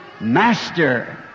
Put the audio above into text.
master